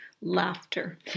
laughter